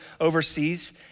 overseas